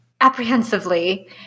apprehensively